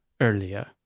earlier